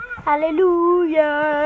Hallelujah